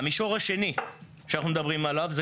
המישור השני שאנחנו מדברים עליו זה